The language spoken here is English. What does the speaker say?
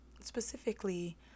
specifically